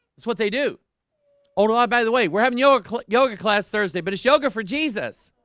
that's what they do a lot. by the way, we're having your yoga class thursday, but it's yoga for jesus